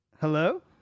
Hello